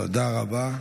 תודה רבה.